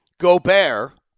Gobert